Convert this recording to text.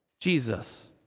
Jesus